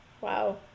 Wow